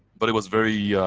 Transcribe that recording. but it was very